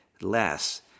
less